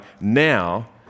now